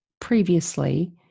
previously